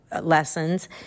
lessons